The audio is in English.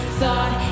thought